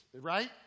right